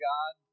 God